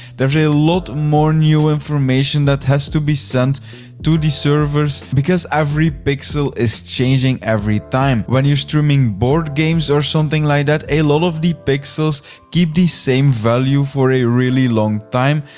there's a lot more new information that has to be sent to the severs because every pixel is changing every time. when you're streaming board games or something like that, a lot of the pixels keep the same value for a really long time,